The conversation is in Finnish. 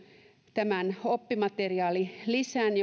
tämän oppimateriaalilisän